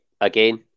again